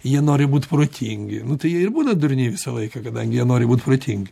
jie nori būt protingi nu tai jie ir būna durniai visą laiką kadangi nori būti protingi